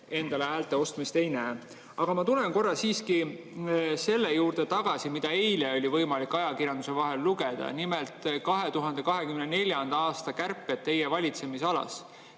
endale häälte ostmist ei näe. Aga ma tulen korra siiski selle juurde tagasi, mida eile oli võimalik ajakirjandusest lugeda: nimelt 2024. aasta kärped teie valitsemisalas.